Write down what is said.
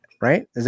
Right